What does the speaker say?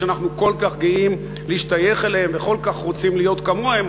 שאנחנו כל כך גאים להשתייך אליהן וכל כך רוצים להיות כמוהן,